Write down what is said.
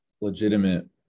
legitimate